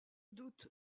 doute